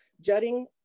jutting